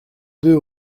deux